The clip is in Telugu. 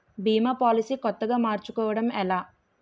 భీమా పోలసీ కొత్తగా మార్చుకోవడం ఎలా?